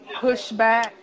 pushback